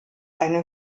eine